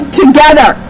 together